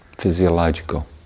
physiological